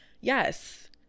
Yes